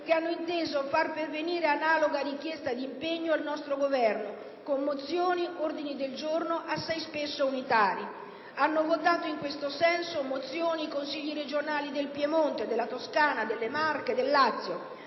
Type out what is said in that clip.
che hanno inteso far pervenire analoga richiesta di impegno al nostro Governo, con mozioni e ordini del giorno assai spesso unitari. Hanno già votato in questo senso ordini del giorno e mozioni i Consigli regionali del Piemonte, della Toscana, delle Marche, del Lazio;